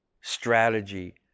strategy